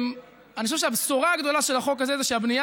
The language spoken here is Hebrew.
אני חושב שהבשורה הגדולה של החוק הזה היא שהבנייה